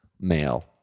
Male